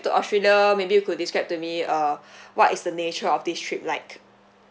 to australia maybe you could describe to me uh what is the nature of this trip like